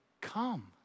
come